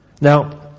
Now